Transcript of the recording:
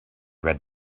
red